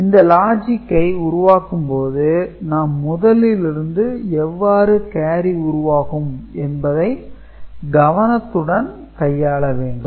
எனவே இந்த லாஜிக்கை உருவாக்கும் போது நாம் முதலிலிருந்து எவ்வாறு கேரி உருவாகும் என்பதை கவனத்துடன் கையாள வேண்டும்